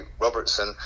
Robertson